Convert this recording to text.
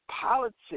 Politics